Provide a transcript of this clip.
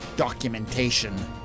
documentation